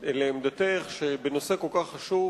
לעמדתך שבנושא כל כך חשוב,